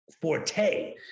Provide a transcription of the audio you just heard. forte